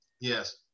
Yes